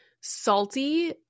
salty